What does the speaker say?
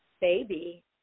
Baby